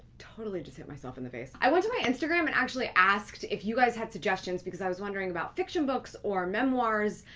totally just hit myself in the face. i went to my instagram and actually asked if you guys had suggestions because i was wondering about fiction books or memoirs,